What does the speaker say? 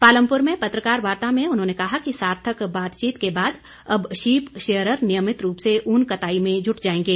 पालमुपर में पत्रकार वार्ता में उन्होंने कहा कि सार्थक बातचीत के बाद अब शिप शेयरर नियमित रूप से ऊन कटाई में जुट जाएंगे